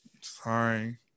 Sorry